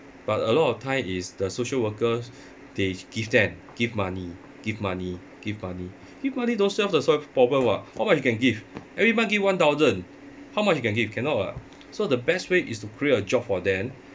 but a lot of time is the social workers they give them give money give money give money give money don't solve the problem [what] how much you can give every month give one thousand how much you can give cannot [what] so the best way is to create a job for them